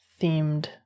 themed